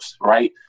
right